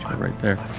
um right there.